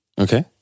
Okay